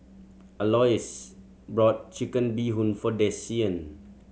Alois brought Chicken Bee Hoon for Desean